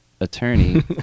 attorney